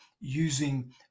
using